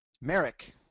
Merrick